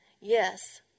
yes